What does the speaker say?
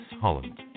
Holland